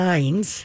Lines